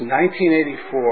1984